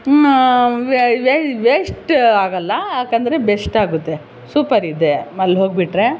waste ಆಗಲ್ಲ ಏಕೆಂದ್ರೆ best ಆಗತ್ತೆ ಸೂಪರ್ ಇದೆ ಅಲ್ಲಿ ಹೋಗ್ಬಿಟ್ಟರೆ